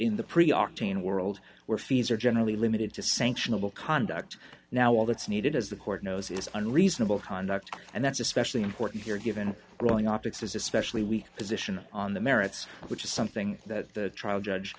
in the pre octane world where fees are generally limited to sanctionable conduct now all that's needed as the court knows is unreasonable conduct and that's especially important here given right the optics is especially weak position on the merits which is something that the trial judge